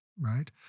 right